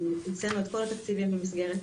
במסגרת